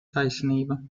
taisnība